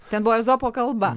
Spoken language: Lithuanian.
ten buvo ezopo kalba